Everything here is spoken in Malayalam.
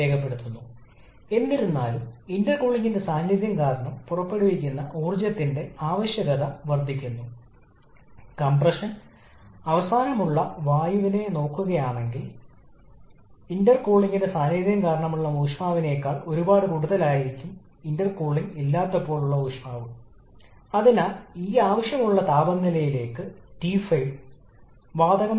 | ഓട്ടോ സൈക്കിളിന്റെ പ്രധാന പാരാമീറ്റർ പോലെ നമ്മൾ അവിടെ കണ്ടു കംപ്രഷൻ അനുപാതമായിരുന്നു ഇത് കംപ്രഷന് മുമ്പുള്ള വോളിയം അനുപാതമാണ് കംപ്രഷനുശേഷം വോളിയം